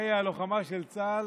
במערכי הלוחמה של צה"ל,